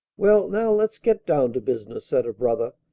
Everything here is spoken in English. well, now let's get down to business, said her brother.